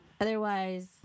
Otherwise